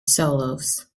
solos